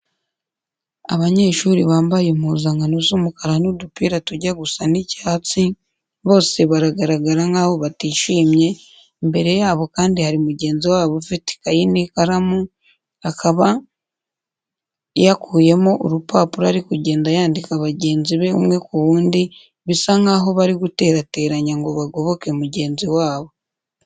Abanyeshuri bambaye impuzankano z'umukara n'udupira tujya gusa n'icyatsi, bose baragaragara nk'aho batishimye, imbere yabo kandi hari mugenzi wabo ufite ikayi n'ikaramu, akaba yakuyemo urupapuro ari kugenda yandika bagenzi be umwe ku wundi bisa nkaho bari guterateranya ngo bagoboke mugenzi wabo.